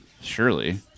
Surely